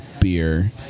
beer